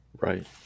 Right